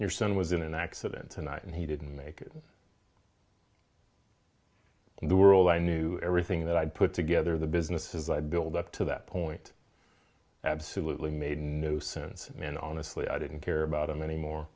your son was in an accident tonight and he didn't make it in the world i knew everything that i put together the businesses i build up to that point absolutely made a nuisance and honestly i didn't care about him any more